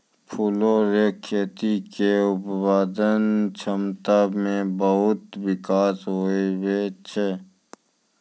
फूलो रो खेती के उत्पादन क्षमता मे बहुत बिकास हुवै छै